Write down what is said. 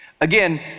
Again